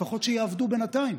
לפחות שיעבדו בינתיים.